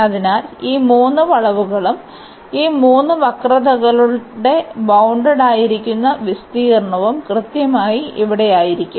അതിനാൽ ഈ മൂന്ന് വളവുകളും ഈ മൂന്ന് വക്രതകളുടെ ബൌണ്ടഡായയിരിക്കുന്ന വിസ്തീർണ്ണവും കൃത്യമായി ഇവിടെ ആയിരിക്കും